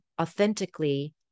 authentically